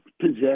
possess